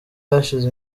hashize